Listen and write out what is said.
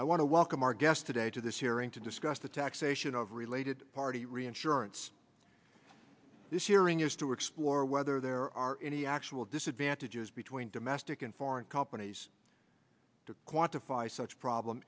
i want to welcome our guest today to this hearing to discuss the taxation of related party reinsurance this hearing is to explore whether there are any actual disadvantages between domestic and foreign companies to quantify such problem